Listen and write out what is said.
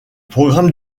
programme